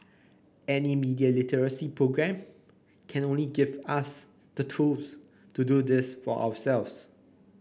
any media literacy programme can only give us the tools to do this for ourselves